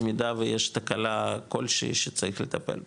במידה ויש תקלה כלשהי שצריך לטפל בה.